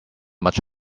much